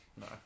No